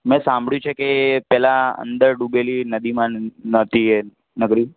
મેં સાંભળ્યું છે કે પહેલાં અંદર ડૂબેલી નદીમાં નહોતી એ નગરી